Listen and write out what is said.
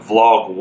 Vlog